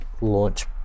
launch